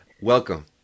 Welcome